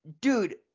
dude